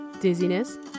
dizziness